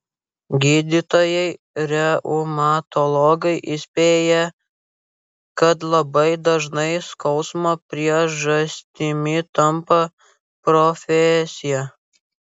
gydytojai reumatologai įspėja kad labai dažnai skausmo priežastimi tampa profesija